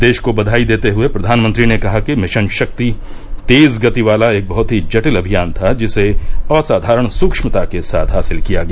देश को बयाई देते हए प्रधानमंत्री ने कहा कि मिशन शक्ति तेज गति वाला एक बहत ही जटिल अमियान था जिसे असाधारण सुक्ष्मता के साथ हासिल किया गया